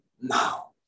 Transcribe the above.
now